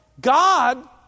God